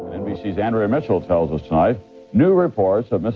nbc's andrea mitchell tells us tonight new reports of mrs.